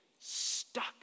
stuck